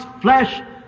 flesh